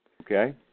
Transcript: Okay